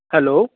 hello